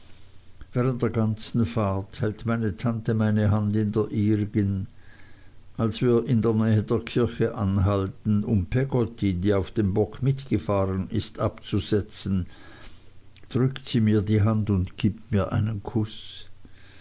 während der ganzen fahrt hält meine tante meine hand in der ihrigen als wir in der nähe der kirche anhalten um peggotty die auf dem bock mitgefahren ist abzusetzen drückt sie mir die hand und gibt mir einen kuß